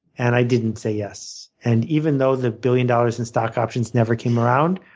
and i didn't say yes. and even though the billion dollars in stock options never came around,